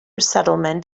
settlement